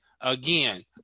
again